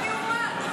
לא ייאמן.